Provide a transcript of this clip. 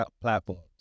platforms